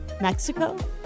Mexico